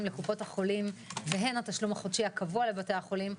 לקופות החולים והן התשלום החודשי הקבוע לבתי החולים,